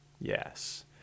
yes